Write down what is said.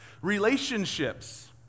Relationships